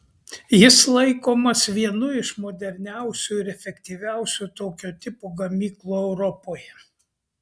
jis laikomas vienu iš moderniausių ir efektyviausių tokio tipo gamyklų europoje